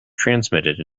transmitted